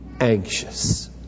anxious